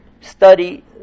study